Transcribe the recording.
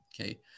Okay